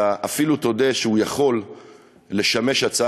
אתה אפילו תודה שהוא יכול לשמש הצעה